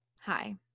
Hi